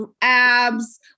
abs